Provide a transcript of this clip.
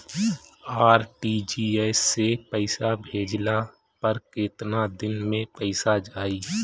RTGS से पईसा भेजला पर केतना दिन मे पईसा जाई?